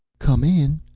come in,